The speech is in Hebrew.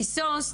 קיסוס,